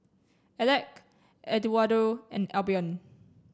Alec Eduardo and Albion